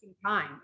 Time